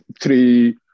three